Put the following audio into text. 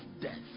death